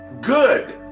Good